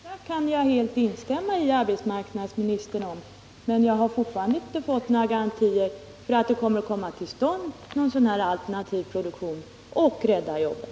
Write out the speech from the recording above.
Herr talman! När det gäller det sista kan jag helt instämma med arbetsmarknadsminister, men jag har fortfarande inte fått några garantier för att en sådan alternativ produktion kommer till stånd och räddar jobben.